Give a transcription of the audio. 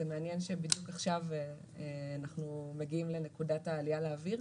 זה מעניין שבדיוק עכשיו אנחנו מגיעים לנקודת העלייה לאוויר,